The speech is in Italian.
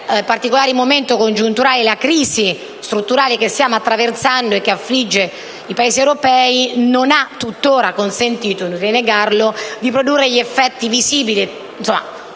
il particolare momento congiunturale e la crisi strutturale che stiamo attraversando, che affligge i Paesi europei, non ha tuttora consentito - è inutile negarlo - di produrre effetti visibili.